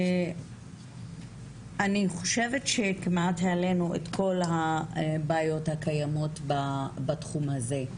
אני חושבת שכמעט העלנו את כל הבעיות הקיימות בתחום הזה,